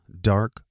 dark